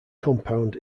compound